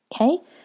okay